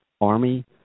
army